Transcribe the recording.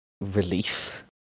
relief